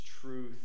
truth